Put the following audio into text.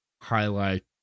highlight